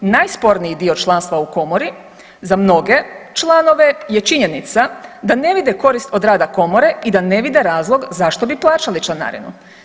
Najsporniji dio članstva u Komori za mnoge članove je činjenica da ne vide korist od rada Komore i da ne vide razlog zašto bi plaćali članarinu.